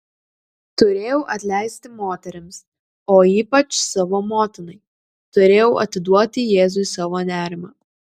turėjau atleisti moterims o ypač savo motinai turėjau atiduoti jėzui savo nerimą